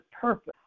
purpose